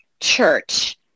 church